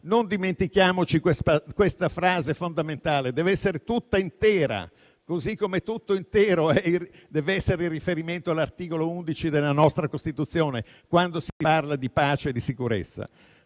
Non dimentichiamoci questa frase fondamentale: deve essere tutta intera, così come tutto intero deve essere in riferimento all'articolo 11 della nostra Costituzione quando si parla di pace e di sicurezza.